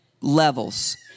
levels